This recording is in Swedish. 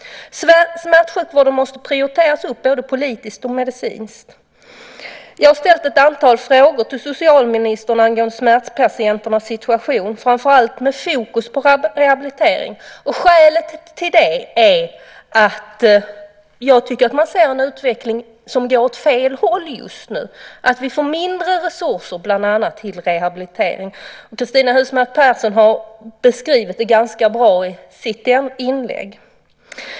Smärtsjukvården måste prioriteras upp både politiskt och medicinskt. Jag har ställt ett antal frågor till socialministern angående smärtpatienternas situation, framför allt med fokus på rehabilitering. Skälet till det är att jag tycker att man ser en utveckling som går åt fel håll just nu, att vi får mindre resurser till bland annat rehabilitering. Cristina Husmark Pehrsson har beskrivit det ganska bra i sitt inlägg.